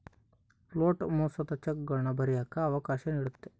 float ಮೋಸದ ಚೆಕ್ಗಳನ್ನ ಬರಿಯಕ್ಕ ಅವಕಾಶ ನೀಡುತ್ತೆ